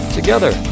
together